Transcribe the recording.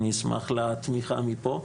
ואני אשמח לתמיכה מפה,